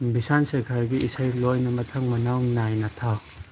ꯕꯤꯁꯥꯜ ꯁꯦꯈꯔꯒꯤ ꯏꯁꯩ ꯂꯣꯏꯅ ꯃꯊꯪ ꯃꯅꯥꯎ ꯅꯥꯏꯅ ꯊꯥꯎ